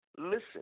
listen